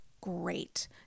great